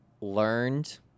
learned